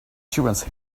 terence